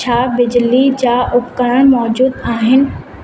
छा बिजली जा उपकरण मौजूदु आहिनि